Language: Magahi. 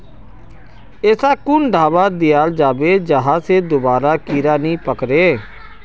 ऐसा कुन दाबा दियाल जाबे जहा से दोबारा कीड़ा नी पकड़े?